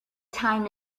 time